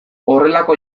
horrelako